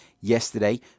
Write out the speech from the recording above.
yesterday